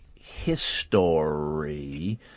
history